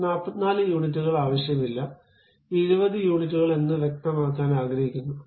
നമുക്ക് 44 യൂണിറ്റുകൾ ആവശ്യമില്ല 20 യൂണിറ്റുകൾ എന്ന് വ്യക്തമാക്കാൻ ആഗ്രഹിക്കുന്നു